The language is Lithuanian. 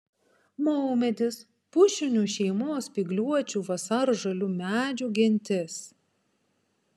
maumedis pušinių šeimos spygliuočių vasaržalių medžių gentis